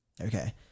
okay